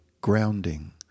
grounding